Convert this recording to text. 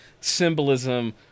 symbolism